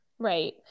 Right